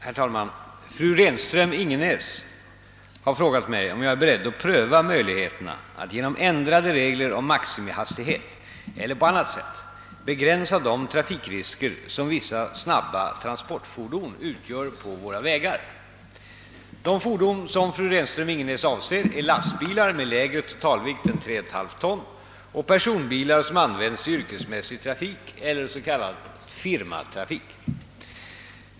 Herr talman! Fru Renström-Ingenäs har frågat mig om jag är beredd att pröva möjligheterna att genom ändrade regler om maximihastighet eller på annat sätt begränsa de trafikrisker som vissa snabba transportfordon utgör på våra vägar. De fordon som fru Renström-Ingenäs avser är lastbilar med lägre totalvikt än 3,5 ton och personbilar, som används i yrkesmässig trafik eller s.k. firmatrafik.